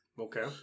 Okay